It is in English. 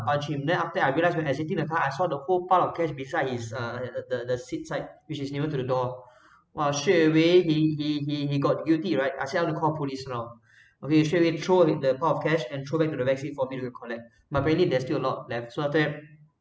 punch him then after that I realised when exiting the car I saw the whole pile of cash beside his uh the the the seat side which is nearer to the door !wah! straightaway he he he he got guilty right I say I want to call police now okay he straightaway throw the pile of cash and throw back to the backseat for me to collect but apparently there's still a lot left so after that